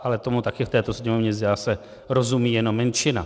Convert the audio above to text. Ale tomu také v této Sněmovně zdá se, rozumí jenom menšina.